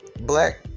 black